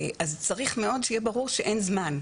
אז צריך מאוד שיהיה ברור שאין זמן,